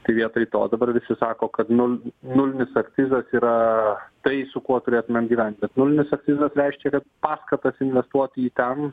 tai vietoj to dabar visi sako kad nu nulinis akcizas yra tai su kuo turėtumėm gyventi bet nulinis akcizas reiškia kad paskatas investuoti į ten